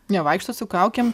nevaikštot su kaukėm